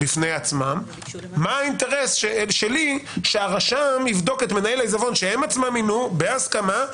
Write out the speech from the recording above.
מה האינטרס שלי שהרשם יבדוק את מנהל העיזבון שהם עצמם מינו בהסכמה,